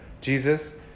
Jesus